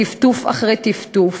טפטוף אחרי טפטוף?